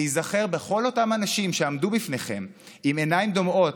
להיזכר בכל אותם אנשים שעמדו בפניכם עם עיניים דומעות,